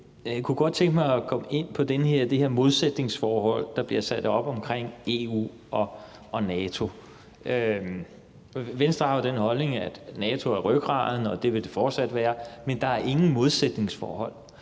Jeg kunne godt tænke mig at komme ind på det her modsætningsforhold mellem EU og NATO, der bliver stillet op. Venstre har jo den holdning, at NATO er rygraden, og at det vil det fortsat være, men der er intet modsætningsforhold.